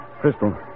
Crystal